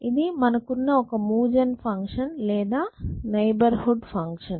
ఇది మనకున్న ఒక మూవ్ జెన్ ఫంక్షన్ లేదా నైబర్ హుడ్ ఫంక్షన్